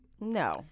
No